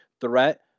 threat